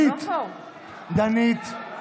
דנית, דנית,